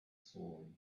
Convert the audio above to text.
sword